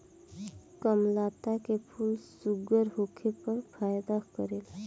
कामलता के फूल शुगर होखे पर फायदा करेला